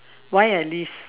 why I live